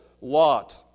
lot